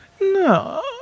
no